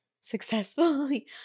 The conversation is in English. successfully